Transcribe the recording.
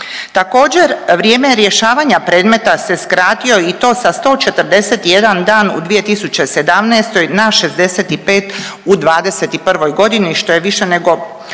Također, vrijeme rješavanja predmeta se skratio i to sa 141 dan u 2017. na 65 u '21. g., što je više nego